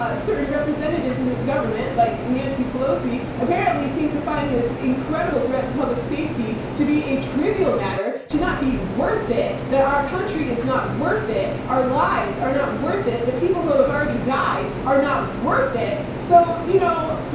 ah certain representatives in this government, like nancy pelosi, apparently seem to find this incredible threat to public safety to be a trivial matter, to not be worth it, that our country is not worth it, our lives are not worth it, the people who have already died or not worth it. so, you know,